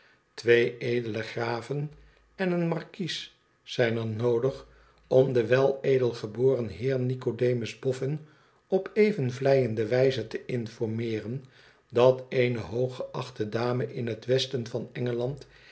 twee edele graven en een markies zijn er noodig om den weledelgeboren heer nicodemus boffin op even vleiende wijze te informeeren dat eene hooggeachte dame in het westen van engeland